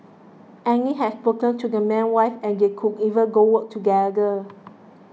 Annie had spoken to the man's wife and they could even go work together